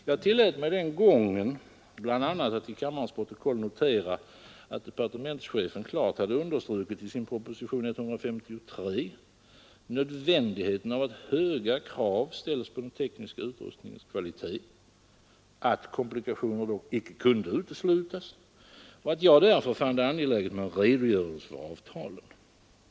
Jag tillät mig den gången bl a. att till kammarens protokoll notera att departementschefen i sin proposition 153 klart hade understrukit nödvändigheten av att höga krav ställs på den tekniska utrustningens kvalitet, att komplikationer dock inte kunde uteslutas och att jag därför fann det angeläget med en redogörelse för avtalen.